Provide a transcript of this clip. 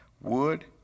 wood